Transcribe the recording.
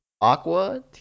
Aqua